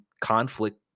conflict